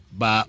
ba